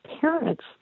parents